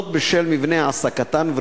זאת בשל מבנה העסקתן,